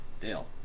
Dale